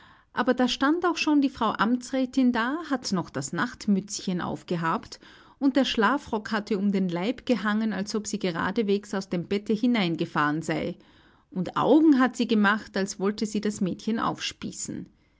aber da stand auch schon die frau amtsrätin da hat noch das nachtmützchen aufgehabt und der schlafrock hat ihr um den leib gehangen als ob sie geradewegs aus dem bette hineingefahren sei und augen hat sie gemacht als wollte sie das mädchen aufspießen